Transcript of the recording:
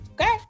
okay